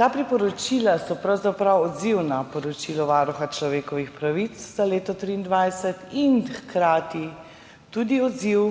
Ta priporočila so pravzaprav odziv na poročilo Varuha človekovih pravic za leto 2023 in hkrati tudi odziv